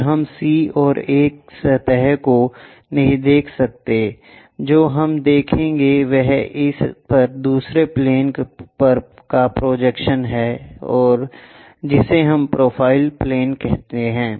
फिर हम C और A सतहों को नहीं देख सकते हैं जो हम देखेंगे वह इस पर दूसरे प्लेन का प्रोजेक्शन्स है जिसे हम प्रोफाइल प्लेन कहेंगे